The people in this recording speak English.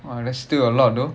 !wah! that's still a lot though